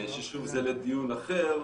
ששוב זה לדיון אחר,